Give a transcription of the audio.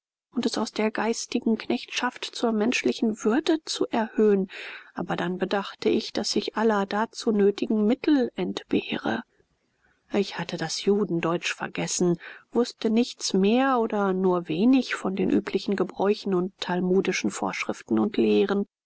und es aus der geistigen knechtschaft zur menschlichen würde zu erhöhen aber dann bedachte ich daß ich aller dazu nötigen mittel entbehre ich hatte das judendeutsch vergessen wußte nichts mehr oder nur wenig von den üblichen gebräuchen und talmudischen vorschriften und lehren